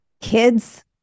kids